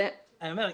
אני אומר,